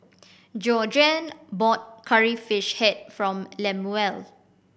Georgeann bought Curry Fish Head from Lemuel